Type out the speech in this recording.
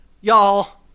Y'all